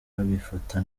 babifata